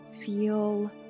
feel